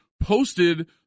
posted